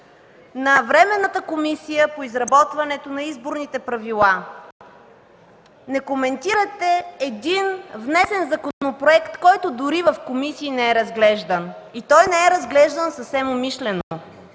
на временната Комисия по изработването на изборните правила. Не коментирате един внесен законопроект, който дори в комисиите не е разглеждан, и то съвсем умишлено,